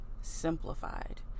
Simplified